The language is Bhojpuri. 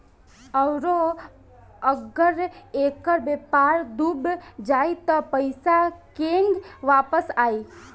आउरु अगर ऐकर व्यापार डूब जाई त पइसा केंग वापस आई